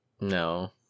No